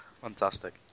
Fantastic